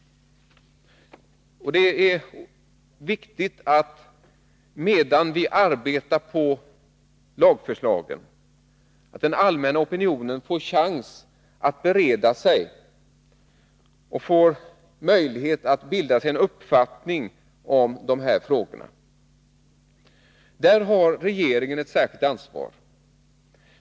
Det är viktigt att medan arbetet med lagförslagen pågår den allmänna opinionen får chans att bereda sig inför dessa frågor. Där har regeringen ett särskilt ansvar.